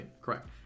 Correct